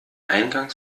eingangs